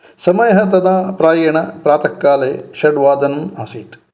समयः तदा प्रायेण प्रातःकाले षड्वादनम् आस्तीत्